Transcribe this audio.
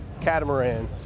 catamaran